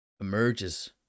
emerges